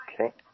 Okay